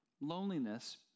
loneliness